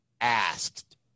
asked